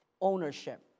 ownership